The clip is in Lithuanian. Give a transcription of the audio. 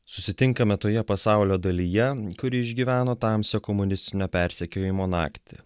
susitinkame toje pasaulio dalyje kuri išgyveno tamsią komunistinio persekiojimo naktį